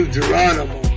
Geronimo